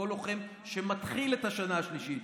כל לוחם שמתחיל את השנה השלישית